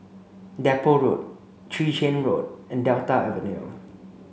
Depot Road Chwee Chian Road and Delta Avenue